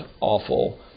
awful